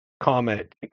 Comet